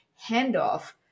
handoff